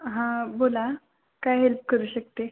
हां बोला काय हेल्प करू शकते